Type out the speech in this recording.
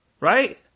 right